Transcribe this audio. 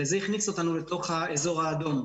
וזה הכניס אותנו לתוך האזור האדום.